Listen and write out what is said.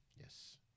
Yes